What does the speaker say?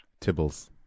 Tibbles